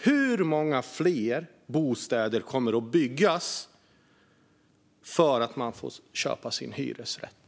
Hur många fler bostäder kommer att byggas för att man får köpa sin hyresrätt?